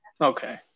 Okay